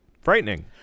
frightening